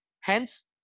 Hence